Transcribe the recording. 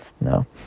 No